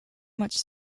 much